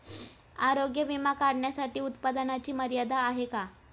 आरोग्य विमा काढण्यासाठी उत्पन्नाची मर्यादा आहे का?